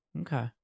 Okay